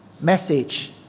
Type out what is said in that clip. message